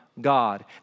God